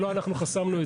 לא אנחנו חסמנו אותה.